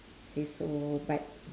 say so but